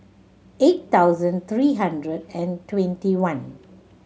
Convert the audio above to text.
eight thousand three hundred and twenty one